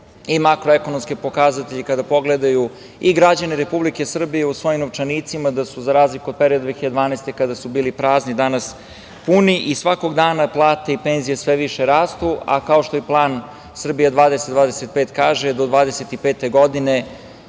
i makroekonomske pokazatelje i kada pogledaju građani Republike Srbije u svojim novčanicima da su, za razliku od period 2012. godine kada su bili prazni, danas puni i svakog dana plate i penzije sve više rastu. Kao što i plan Srbija 2025 kaže, do 2025. godine